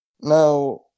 Now